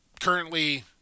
currently